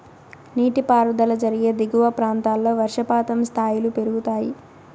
నీటిపారుదల జరిగే దిగువ ప్రాంతాల్లో వర్షపాతం స్థాయిలు పెరుగుతాయి